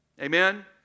Amen